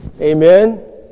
Amen